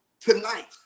tonight